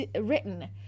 written